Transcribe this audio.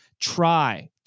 try